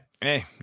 Hey